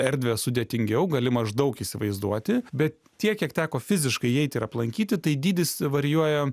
erdvę sudėtingiau gali maždaug įsivaizduoti bet tiek kiek teko fiziškai įeiti ir aplankyti tai dydis varijuoja